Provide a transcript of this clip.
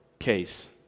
case